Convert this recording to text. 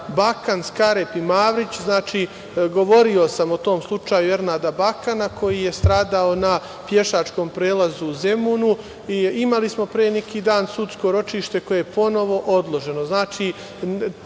Bakan, Skarep i Mavrić. Govorio sam o tom slučaju Ernada Bakana koji je stradao na pešačkom prelazu u Zemunu. Imali smo pre neki dan sudsko ročište koje je ponovo odloženo.